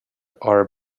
are